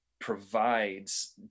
provides